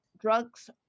drugs